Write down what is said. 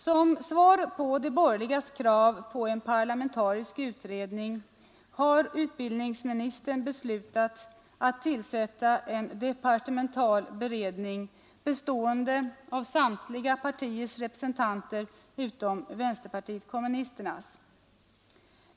Som svar på de borgerligas krav på en parlamentarisk utredning har utbildningsministern beslutat tillsätta en departementalberedning, bestående av representanter för samtliga partier utom vänsterpartiet kommunisterna.